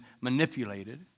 manipulated